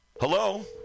Hello